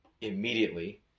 immediately